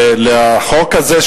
לחוק הזה,